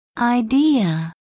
idea